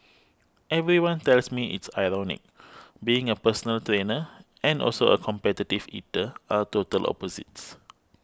everyone tells me it's ironic being a personal trainer and also a competitive eater are total opposites